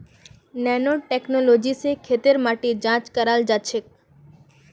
nano technology स खेतेर माटी जांच कराल जाछेक